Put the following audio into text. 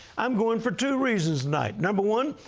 i'm going for two reasons tonight. number one,